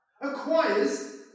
acquires